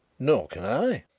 nor can i,